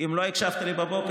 אם לא הקשבת לי בבוקר,